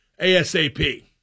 ASAP